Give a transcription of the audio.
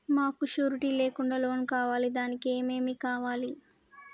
మాకు షూరిటీ లేకుండా లోన్ కావాలి దానికి ఏమేమి కావాలి?